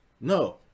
No